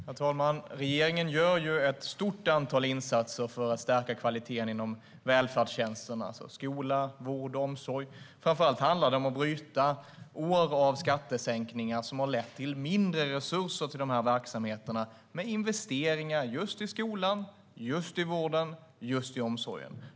Herr talman! Regeringen gör ett stort antal insatser för att stärka kvaliteten inom välfärdstjänsterna skola, vård och omsorg. Framför allt handlar det om att bryta år av skattesänkningar som har lett till mindre resurser till dessa verksamheter genom investeringar i skola, vård och omsorg.